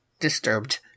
Disturbed